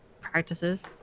practices